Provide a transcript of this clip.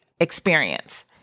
experience